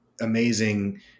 amazing